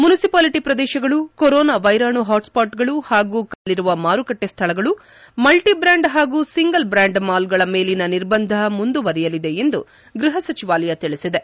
municipality ಪ್ರದೇಶಗಳು corona ವೈರಾಣು ಹಾಟ್ಸ್ಪಾಟ್ಗಳು ಹಾಗೂ ಕಂಟೇನ್ಮೆಂಟ್ ಪ್ರದೇಶಗಳಲ್ಲಿರುವ ಮಾರುಕಟ್ಟೆ ಸ್ಥಳಗಳು ಮಲ್ಲಿಬ್ರಾಂಡ್ ಹಾಗೂ ಸಿಂಗಲ್ ಬ್ರಾಂಡ್ ಮಾಲ್ಗಳ ಮೇಲಿನ ನಿರ್ಬಂಧ ಮುಂದುವರೆಯಲಿದೆ ಎಂದು ಗ್ಬಹ ಸಚಿವಾಲಯ ತಿಳಿಸಿದೆ